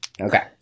Okay